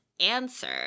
answer